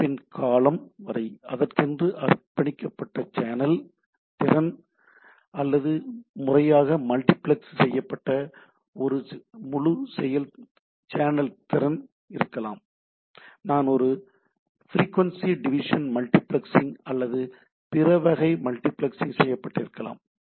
இணைப்பின் காலம் வரை அதற்கென்று அர்ப்பணிக்கப்பட்ட சேனல் திறன் அல்லது முறையாக மல்டிபிளக்ஸ் செய்யப்பட்ட ஒரு முழு சேனல் திறனாக இருக்கலாம் நான் ஒரு ஃபிரிக்வன்ஸி டிவிஷன் மல்டிபிளெக்சிங் அல்லது பிற வகை மல்டிபிளெக்சிங் செய்யப்பட்டிருக்கலாம்